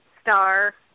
star